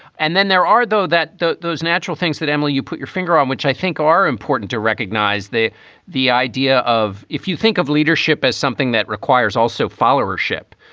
and then there are, though, that those natural things that emily, you put your finger on, which i think are important to recognize that the idea of if you think of leadership as something that requires also followership.